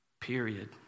period